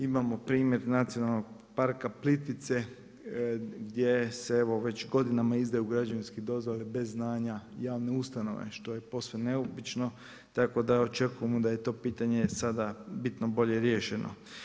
Imamo primjer Nacionalni parka Plitvice gdje se evo već godinama izdaju građevinske dozvole bez znanja javne ustanove što je posve neobično tako da očekujemo da je to pitanje sada bitno bolje riješeno.